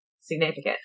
significant